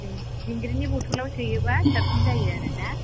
दिंग्रिनि बथलाव सोयोबा साबसिन जायो आरोना